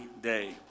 day